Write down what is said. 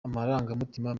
amarangamutima